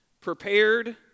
prepared